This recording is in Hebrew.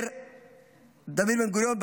אומר דוד בן-גוריון: